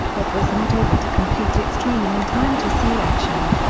but was not able to complete its training in time to see action.